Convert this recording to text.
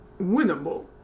winnable